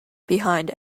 behind